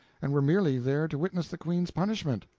and were merely there to witness the queen's punishment.